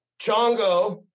Chongo